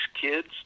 kids